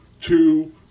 two